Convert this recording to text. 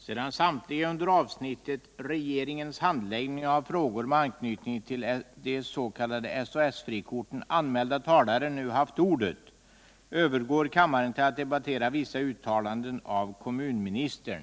Sedan samtliga under avsnittet Regeringens handläggning av frågor med anknytning till de s.k. SAS-frikorten anmälda talare nu haft ordet övergår kammaren till att debattera Vissa uttalanden av kommunministern.